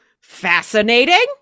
fascinating